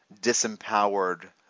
disempowered